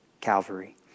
Calvary